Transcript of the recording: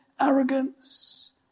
arrogance